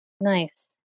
nice